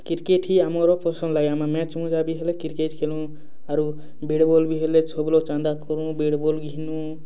cricket ହିଁ ଆମର୍ ପସନ୍ଦ୍ ଲାଗେ ଆମେ ମେଚ୍ମୁଚା ବି ହେଲେ କ୍ରିକେଟ୍ ଖେଲୁଁ ଆରୁ ବେଟ୍ ବଲ୍ ବି ହେଲେ ସବୁ ଲୋକ୍ ଚାନ୍ଦା କରୁଁ ବେଟ୍ ବଲ୍ ଘିନୁ